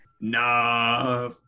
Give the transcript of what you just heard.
Nah